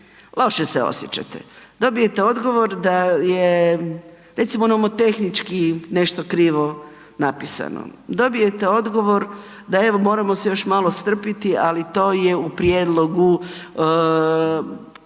loše se osjećate. Dobijete odgovor da je recimo nomotehnički nešto krivo napisano. Dobijete odgovor da evo moramo se još malo strpiti ali to je prijedlogu